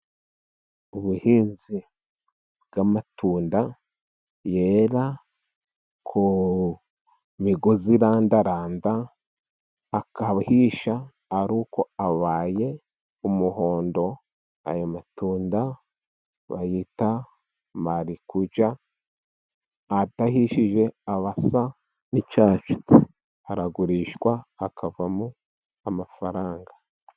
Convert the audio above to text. Ubuhinzi bw'amatunda yera ku migozi irandaranda agahisha ari uko abaye umuhondo. Ayo matunda bayita marakuja, adahishije aba asa n'ityatsi. Aragurishwa hakavamo amafaranga.